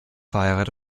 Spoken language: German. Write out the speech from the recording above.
verheiratet